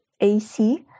AC